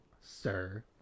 sir